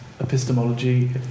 epistemology